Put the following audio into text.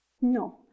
no